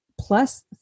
plus